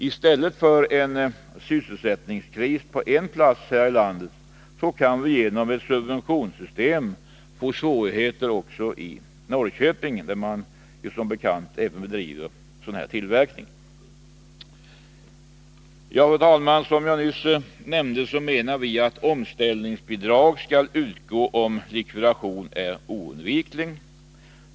I stället för en sysselsättningskris på en plats här i landet kan vi genom ett subventionssystem få svårigheter också i Norrköping, där man som bekant även bedriver sådan här tillverkning. Fru talman! Som jag nyss nämnde menar vi att omställningsbidrag skall utgå, om likvidation är oundviklig.